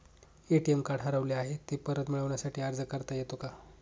ATM card हरवले आहे, ते परत मिळण्यासाठी अर्ज करता येतो का?